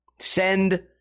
Send